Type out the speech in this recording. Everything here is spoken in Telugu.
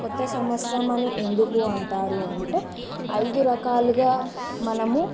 కొత్త సంవత్సరం అని ఎందుకు అంటారు అంటే అయిదు రకాలుగా మనము